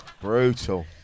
Brutal